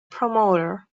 promoter